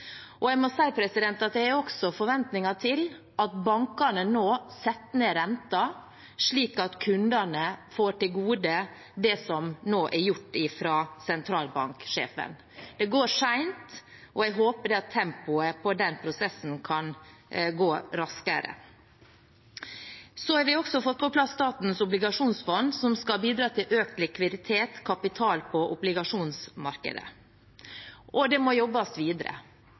og jeg har også forventninger til at bankene nå setter ned renten, slik at det som nå er gjort fra sentralbanksjefen, kommer kundene til gode. Det går sent, og jeg håper at tempoet i den prosessen kan gå raskere. Vi har også fått på plass Statens obligasjonsfond, som skal bidra til økt likviditet, kapital, på obligasjonsmarkedet. Og det må jobbes videre.